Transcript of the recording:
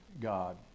God